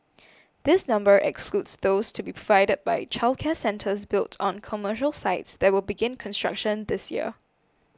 this number excludes those to be provided by childcare centres built on commercial sites that will begin construction this year